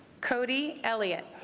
cody elliott